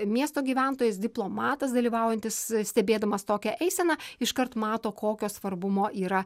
miesto gyventojas diplomatas dalyvaujantis stebėdamas tokią eiseną iškart mato kokio svarbumo yra